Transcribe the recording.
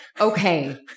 Okay